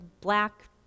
black